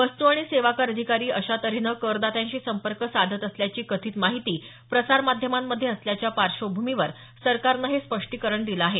वस्तू आणि सेवाकर अधिकारी अशा तऱ्हेनं करदात्यांशी संपर्क साधत असल्याची कथित माहिती प्रसारमाध्यमांमध्ये आल्याच्या पार्श्वभूमीवर सरकारनं हे स्पष्टीकरण दिलं आहे